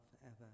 forever